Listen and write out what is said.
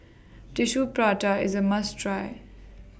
Tissue Prata IS A must Try